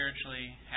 spiritually